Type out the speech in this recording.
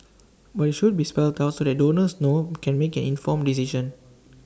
but IT should be spelled out so that donors know can make an informed decision